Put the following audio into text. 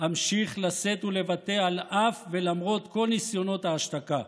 אמשיך לשאת ולבטא על אף ולמרות כל ניסיונות ההשתקה,